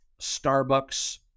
Starbucks